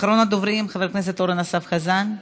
אחרון הדוברים, חבר הכנסת אורן אסף חזן.